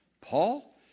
Paul